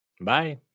bye